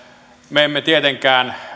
me emme tietenkään